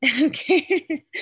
okay